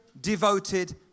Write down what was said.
devoted